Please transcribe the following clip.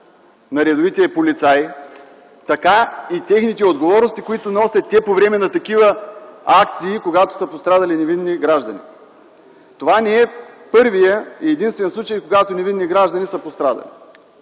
на редовите полицаи, така и отговорностите, които носят по време на такива акции, когато са пострадали невинни граждани? Това не е първият и единствен случай, в който са пострадали